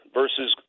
versus